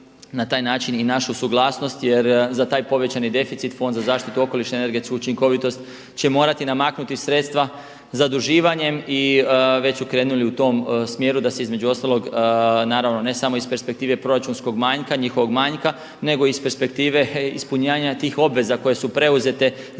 na taj način i našu suglasnost jer za taj povećani deficit Fond za zaštitu okoliša i energetsku učinkovitost će morati namaknuti sredstva zaduživanjem i već su krenuli u tom smjeru da se između ostalog naravno ne samo iz perspektive proračunskog manjka, njihovog manjka nego i iz perspektive ispunjenja tih obveza koje su preuzete